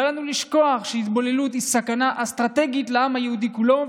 אל לנו לשכוח שהתבוללות היא סכנה אסטרטגית לעם היהודי כולו,